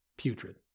putrid